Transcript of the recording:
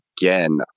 again